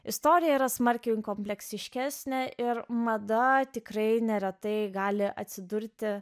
istorija yra smarkiai kompleksiškesnė ir mada tikrai neretai gali atsidurti